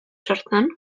sortzen